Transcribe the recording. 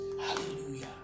Hallelujah